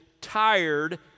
tired